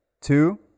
two